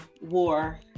war